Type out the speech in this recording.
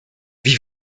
wie